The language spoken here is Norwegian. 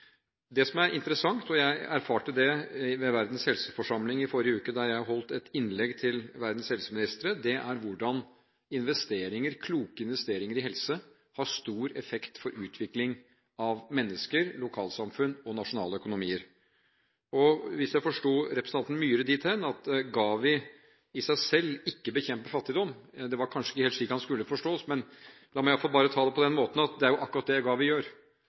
Det som er interessant – og jeg erfarte det ved Verdens helseforsamling i forrige uke da jeg holdt et innlegg til verdens helseministre – er hvordan kloke investeringer i helse har stor effekt for utvikling av mennesker, lokalsamfunn og nasjonale økonomier. Hvis jeg forstod representanten Myhre dit hen at GAVI i seg selv ikke bekjemper fattigdom – det var kanskje ikke helt slik han skulle forstås, men la meg ta det på den måten – så er det akkurat det GAVI gjør.